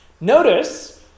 Notice